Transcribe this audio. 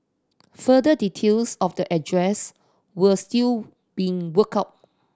further details of the address were still being worked out